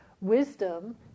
wisdom